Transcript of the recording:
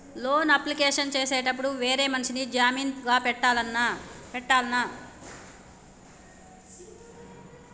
Loan application చేసేటప్పుడు వేరే మనిషిని జామీన్ గా పెట్టాల్నా?